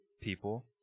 people